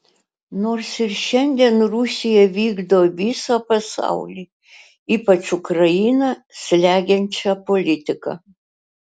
nors ir šiandien rusija vykdo visą pasaulį ypač ukrainą slegiančią politiką